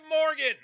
Morgan